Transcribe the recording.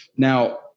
Now